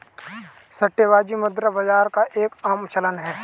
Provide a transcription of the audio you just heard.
सट्टेबाजी मुद्रा बाजार का एक आम चलन है